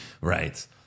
right